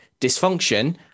dysfunction